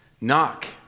Knock